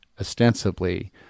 ostensibly